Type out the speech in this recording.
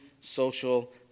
social